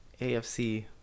AFC